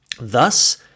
Thus